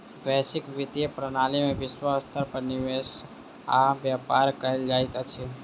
वैश्विक वित्तीय प्रणाली में विश्व स्तर पर निवेश आ व्यापार कयल जाइत अछि